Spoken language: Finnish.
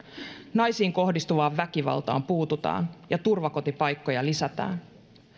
naisiin kohdistuvaan väkivaltaan puututaan ja turvakotipaikkoja lisätään